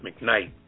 McKnight